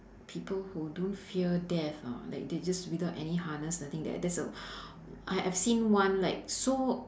people who don't fear death hor like they just without any harness I think that that's a I I've seen one like so